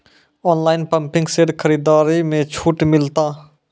Online pumping set खरीदारी मे छूट मिलता?